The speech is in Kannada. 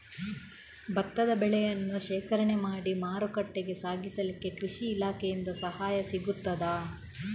ಭತ್ತದ ಬೆಳೆಯನ್ನು ಶೇಖರಣೆ ಮಾಡಿ ಮಾರುಕಟ್ಟೆಗೆ ಸಾಗಿಸಲಿಕ್ಕೆ ಕೃಷಿ ಇಲಾಖೆಯಿಂದ ಸಹಾಯ ಸಿಗುತ್ತದಾ?